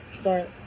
start